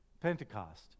Pentecost